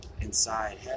inside